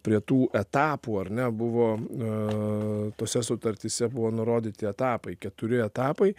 prie tų etapų ar ne buvo e tose sutartyse buvo nurodyti etapai keturi etapai